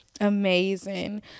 amazing